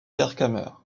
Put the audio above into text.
vercamer